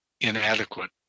inadequate